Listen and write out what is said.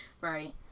Right